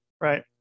right